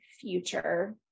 future